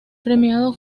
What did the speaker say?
premiado